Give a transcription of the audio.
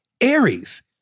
Aries